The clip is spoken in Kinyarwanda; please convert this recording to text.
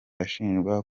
ashinjwa